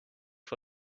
for